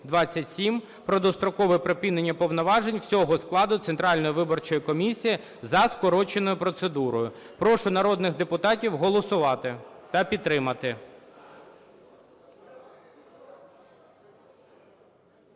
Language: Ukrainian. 2127) про дострокове припинення повноважень всього складу Центральної виборчої комісії за скороченою процедурою. Прошу народних депутатів голосувати та підтримати.